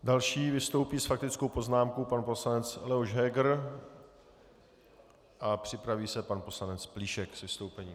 Další vystoupí s faktickou poznámkou pan poslanec Leoš Heger a připraví se pan poslanec Plíšek s vystoupením.